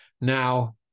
Now